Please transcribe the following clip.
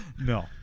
No